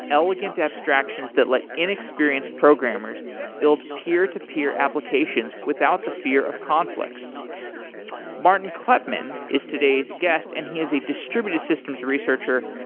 elegant abstractions that let inexperienced programmers build peer-to-peer applications without the fear of conflicts martin kleppmann is today's guest and he is a distributed systems researcher,